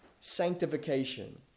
sanctification